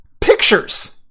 pictures